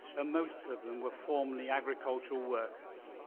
most of them were formerly agricultural workers.